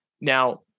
Now